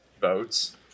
votes